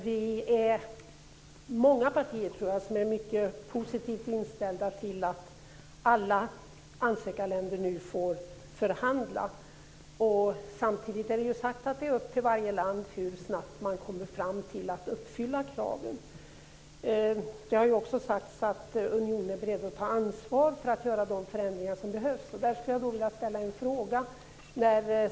Fru talman! Vi är många partier som är mycket positivt inställda till att alla ansökarländer nu får förhandla. Samtidigt är det sagt att det är upp till varje land hur snabbt man kommer fram till att uppfylla kraven. Det har också sagts att unionen är beredd att ta ansvar för att göra de förändringar som behövs. Där skulle jag vilja ställa en fråga.